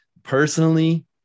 personally